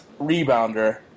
rebounder